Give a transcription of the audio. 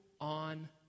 on